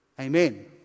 Amen